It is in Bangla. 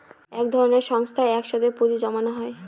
এক ধরনের সংস্থায় এক সাথে পুঁজি জমানো হয়